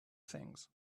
things